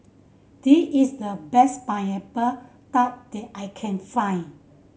the is the best Pineapple Tart that I can find